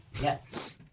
Yes